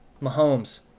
Mahomes